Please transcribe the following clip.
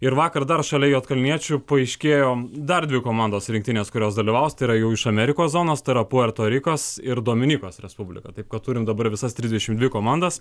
ir vakar dar šalia juodkalniečių paaiškėjo dar dvi komandos rinktinės kurios dalyvaus tai yra jau iš amerikos zonos tai yra puerto rikas ir dominikos respublika taip kad turim dabar visas trisdešimt dvi komandas